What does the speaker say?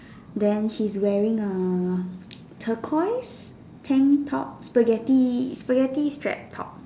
then she is wearing a turquoise tank top Spaghetti Spaghetti strap top